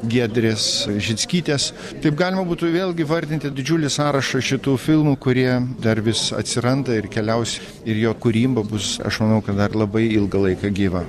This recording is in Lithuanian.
giedrės žickytės taip galima būtų vėlgi vardinti didžiulį sąrašą šitų filmų kurie dar vis atsiranda ir keliaus ir jo kūryba bus aš manau kad dar labai ilgą laiką gyva